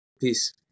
Peace